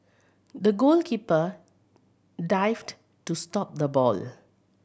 the goalkeeper dived to stop the ball